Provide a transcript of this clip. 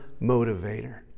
motivator